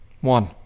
one